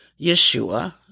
Yeshua